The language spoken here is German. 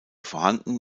vorhanden